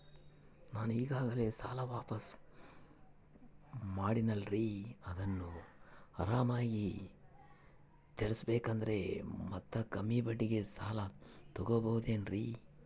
ನಾನು ಈಗಾಗಲೇ ಸಾಲ ವಾಪಾಸ್ಸು ಮಾಡಿನಲ್ರಿ ಅದನ್ನು ಆರಾಮಾಗಿ ತೇರಿಸಬೇಕಂದರೆ ಮತ್ತ ಕಮ್ಮಿ ಬಡ್ಡಿಗೆ ಸಾಲ ತಗೋಬಹುದೇನ್ರಿ?